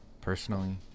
Personally